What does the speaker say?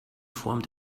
form